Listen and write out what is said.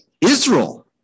Israel